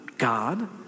God